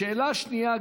בשאלה השנייה,